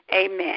amen